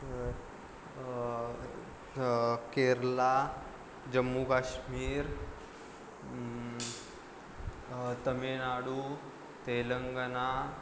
नंतर केरळ जम्मू काश्मीर तमिळनाडू तेलंगणा